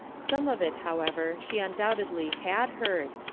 some of it, however, she undoubtedly had heard,